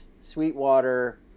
Sweetwater